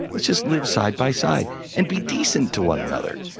let's just live side by side and be decent to one another.